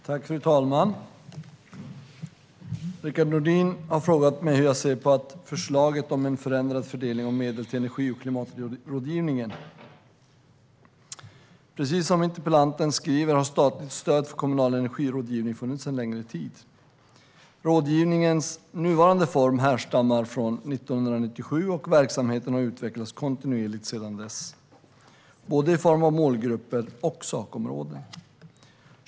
Fru talman! Rickard Nordin har frågat mig hur jag ser på att förslaget om en förändrad fördelning av medel till energi och klimatrådgivningen. Precis som interpellanten skriver har statligt stöd för kommunal energirådgivning funnits en längre tid. Rådgivningens nuvarande form härstammar från 1997, och verksamheten har utvecklats kontinuerligt sedan dess, både i form av målgrupper och sakområden.